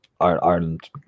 Ireland